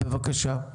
בבקשה.